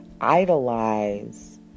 idolize